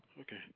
Okay